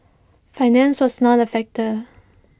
finance was not A factor